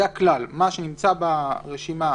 זה הכלל: מה שנמצא ברשימה,